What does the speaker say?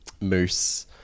Moose